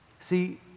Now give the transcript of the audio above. See